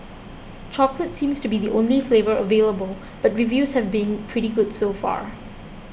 chocolate seems to be the only flavour available but reviews have been pretty good so far